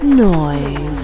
noise